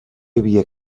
havia